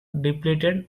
depleted